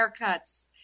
haircuts